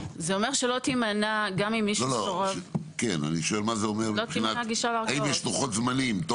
האם יש לוחות זמנים?